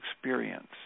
experience